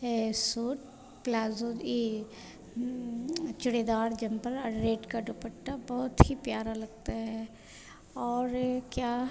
है suit palazzo ये churidar jumper और रेड का डुपट्टा बहुत ही प्यारा लगता है और क्या